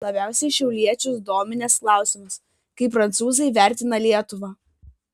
labiausiai šiauliečius dominęs klausimas kaip prancūzai vertina lietuvą